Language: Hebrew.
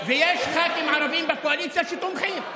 ויש ח"כים ערבים בקואליציה שתומכים,